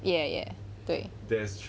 ya ya 对